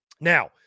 Now